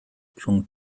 rhwng